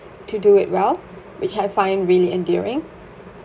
to do it well which I find really endearing